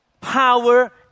power